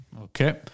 Okay